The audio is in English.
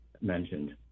mentioned